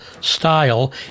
style